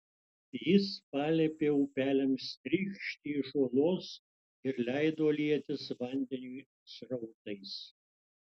jis paliepė upeliams trykšti iš uolos ir leido lietis vandeniui srautais